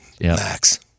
Max